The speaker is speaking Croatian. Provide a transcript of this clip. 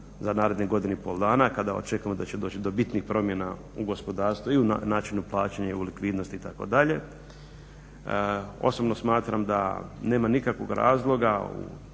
za narednih godinu i pol dana kada očekujemo da će doći do bitnih promjena u gospodarstvu i u načinu plaćanja i u likvidnosti itd. Osobno smatram da nema nikakvog razloga